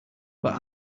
but